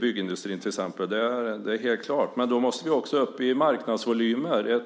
byggindustrins varor. Det är helt klart. Men då måste vi också upp i marknadsvolymer.